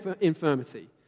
infirmity